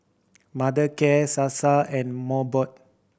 Mothercare Sasa and Mobot